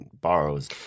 borrows